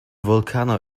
volcano